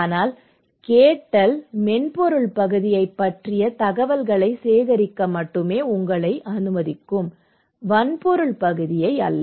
ஆனால் கேட்டல் மென்பொருள் பகுதியைப் பற்றிய தகவல்களைச் சேகரிக்க மட்டுமே உங்களை அனுமதிக்கும் வன்பொருள் பகுதி அல்ல